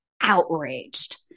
outraged